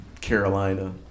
Carolina